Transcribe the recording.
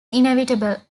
inevitable